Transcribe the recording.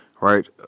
right